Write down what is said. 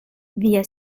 via